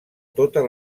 totes